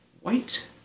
white